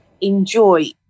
enjoy